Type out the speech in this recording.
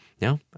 no